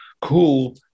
cool